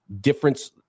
difference